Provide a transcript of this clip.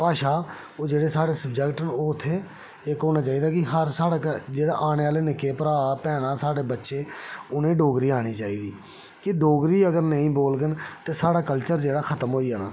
भाशा ओह् जेह्ड़े साढ़े सब्जैक्ट न ओह् उत्थै इक्क होना चाहिदा हर जेह्ड़े साढ़े निक्के भैणा भ्राऽ न साढ़े बच्चे उ'नेंगी डोगरी आनी चाहिदी कि डोगरी अगर नेईं बोलगन ते साढ़ा कल्चर जेह्ड़ा खत्म होई जाना